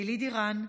יליד איראן,